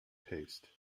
paste